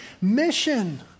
mission